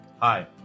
Hi